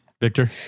Victor